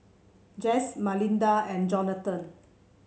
Jesse Malinda and Jonatan